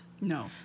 No